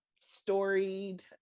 storied